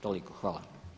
Toliko, hvala.